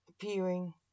appearing